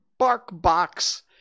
BarkBox